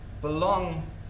belong